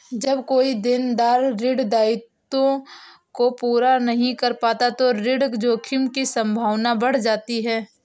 जब कोई देनदार ऋण दायित्वों को पूरा नहीं कर पाता तो ऋण जोखिम की संभावना बढ़ जाती है